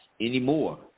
anymore